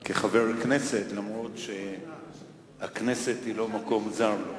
כחבר הכנסת, אף-על-פי שהכנסת היא לא מקום זר לו.